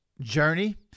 journey